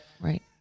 Right